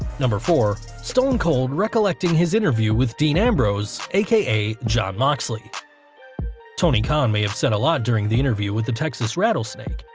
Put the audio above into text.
four stone cold recollecting his interview with dean ambrose, aka jon moxley tony khan may have said a lot during the interview with the texas rattlesnake,